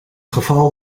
geval